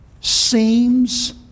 seems